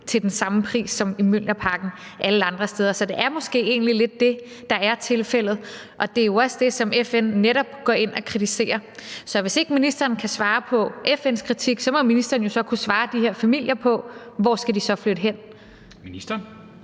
til den samme pris som i Mjølnerparken alle andre steder, så det er måske egentlig lidt det, der er tilfældet. Det er jo også det, som FN netop går ind og kritiserer. Så hvis ikke ministeren kan svare på FN's kritik, så må ministeren kunne svare de her familier på, hvor de så skal flytte hen. Kl.